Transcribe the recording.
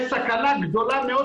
יש סכנה גדולה מאוד להתמוטטות.